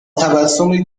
تبسمی